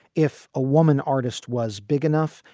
if a woman artist was big enough,